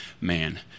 man